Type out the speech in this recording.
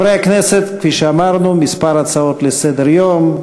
חברי הכנסת, כפי שאמרנו, כמה הצעות לסדר-היום.